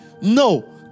no